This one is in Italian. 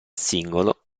singolo